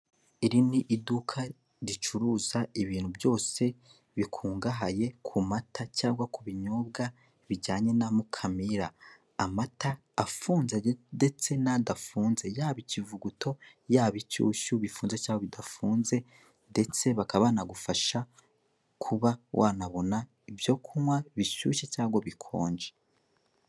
Iri ni iduka ricuruza ibintu byose bikungahaye ku mata cyangwa ku binyobwa bijyanye na mukamira, amata afunze ndetse n'adafunze, yaba ikivugo yaba ishyushyu bifunzecyangwa bidafunze ndetse bakaba banagufasha wanabona ibyo kunywa bishyushye cyangwa bikonje.